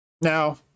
Now